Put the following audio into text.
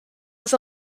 was